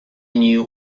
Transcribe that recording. knew